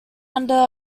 under